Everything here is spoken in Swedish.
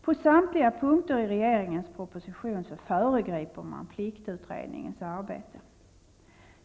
På samtliga punkter i regeringens proposition föregriper man pliktutedningens arbete.